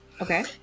Okay